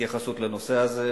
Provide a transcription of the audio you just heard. התייחסות לנושא הזה,